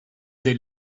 des